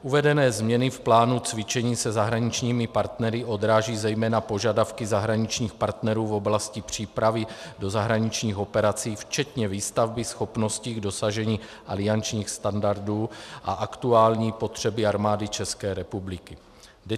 Uvedené změny v plánu cvičení se zahraničními partnery odrážejí zejména požadavky zahraničních partnerů v oblasti přípravy do zahraničních operací včetně výstavby, schopnosti dosažení aliančních standardů a aktuální potřeby armády ČR.